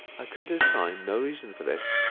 i could assign no reason for this,